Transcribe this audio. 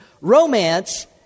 Romance